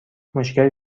مشکل